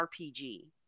RPG